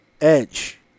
Edge